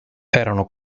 erano